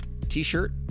t-shirt